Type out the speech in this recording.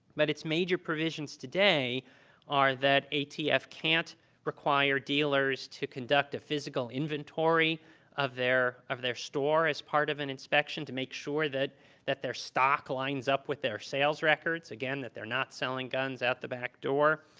but its major provisions today are that atf can't require dealers to conduct a physical inventory of their of their store as part of an inspection to make sure that that their stock lines up with their sales records. again, that they're not selling guns out the back door.